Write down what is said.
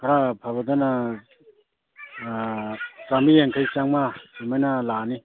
ꯈꯔ ꯐꯕꯗꯅ ꯆꯥꯝꯃ꯭ꯔꯤ ꯌꯥꯡꯈꯩ ꯆꯪꯉ꯭ꯋꯥ ꯑꯗꯨꯃꯥꯏꯅ ꯂꯥꯛꯑꯅꯤ